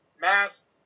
Mask